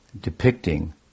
depicting